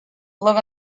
look